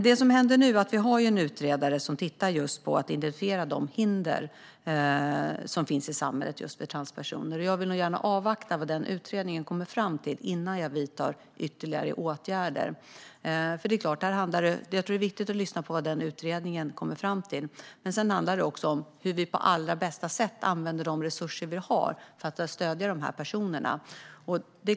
Det som händer nu är att vi har en utredare som just tittar på att identifiera de hinder för transpersoner som finns i samhället, och jag vill nog gärna avvakta vad den utredningen kommer fram till innan jag vidtar ytterligare åtgärder. Jag tror att det är viktigt att lyssna på vad utredningen kommer fram till. Sedan handlar det även om hur vi på allra bästa sätt använder de resurser vi har för att stödja dessa personer.